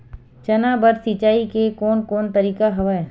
चना बर सिंचाई के कोन कोन तरीका हवय?